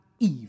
Eve